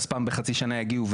פעם בחצי שנה יגיעו,